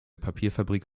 papierfabrik